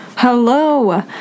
Hello